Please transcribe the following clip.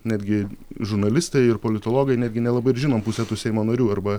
netgi žurnalistai ir politologai netgi nelabai ir žinom pusę tų seimo narių arba